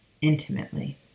intimately